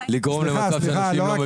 ולגרום למצב שאנשים לא מביאים --- סליחה,